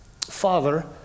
Father